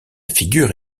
figure